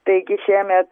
taigi šiemet